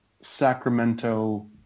Sacramento